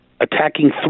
attacking